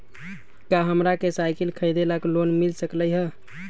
का हमरा के साईकिल खरीदे ला लोन मिल सकलई ह?